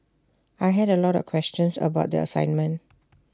I had A lot of questions about the assignment